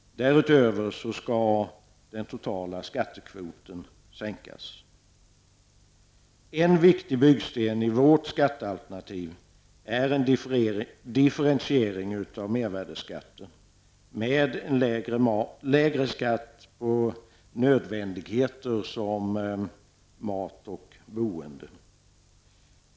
Därutöver skall den totala skattekvoten sänkas. En viktig byggsten i vårt alternativ är differentiering av mervärdeskatten med lägre skatt på nödvändigheter som mat och boende.